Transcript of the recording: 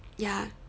ya